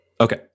Okay